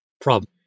problem